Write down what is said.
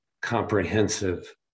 comprehensive